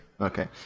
Okay